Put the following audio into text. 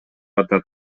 атат